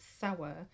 sour